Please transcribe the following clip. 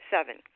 Seven